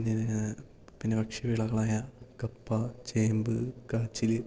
പിന്നെ ഭക്ഷ്യ വിളകളായ കപ്പ ചേമ്പ് കാച്ചില്